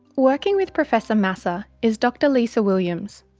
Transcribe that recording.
working with professor masser is dr lisa williams,